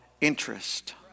interest